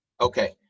okay